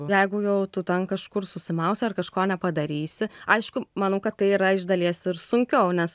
jeigu jau tu ten kažkur susimausi ar kažko nepadarysi aišku manau kad tai yra iš dalies ir sunkiau nes